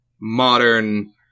modern